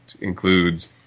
includes